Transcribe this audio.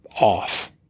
off